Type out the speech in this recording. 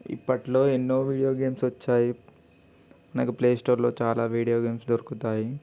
ఇప్పట్లో ఎన్నో video games వచ్చాయి నాకు ప్లే స్టోర్లో చాలా వీడియో గేమ్స్ దొరుకుతాయి